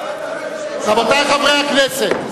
רבותי חברי הכנסת.